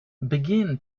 begin